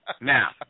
Now